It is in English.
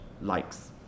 likes